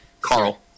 Carl